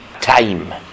time